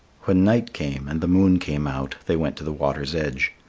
when night came and the moon came out they went to the water's edge.